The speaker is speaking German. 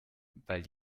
weil